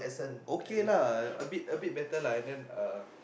okay lah a bit a bit better lah and then uh